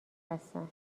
هستن